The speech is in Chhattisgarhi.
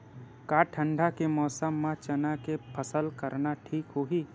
का ठंडा के मौसम म चना के फसल करना ठीक होही?